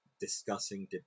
discussing